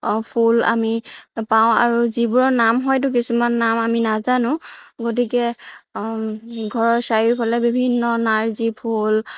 ফুল আমি পাওঁ আৰু যিবোৰৰ নাম হয়তো কিছুমান নাম আমি নাজানো গতিকে ঘৰৰ চাৰিওফালে বিভিন্ন নাৰ্জি ফুল